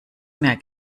mehr